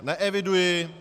Neeviduji.